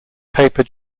paper